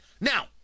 Now